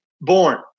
born